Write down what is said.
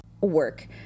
work